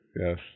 Yes